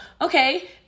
okay